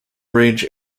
range